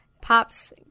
pop's